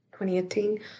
2018